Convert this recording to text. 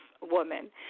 woman